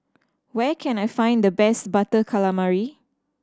where can I find the best Butter Calamari